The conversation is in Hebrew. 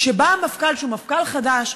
כשבא המפכ"ל שהוא מפכ"ל חדש,